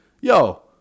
Yo